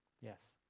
Yes